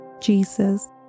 Jesus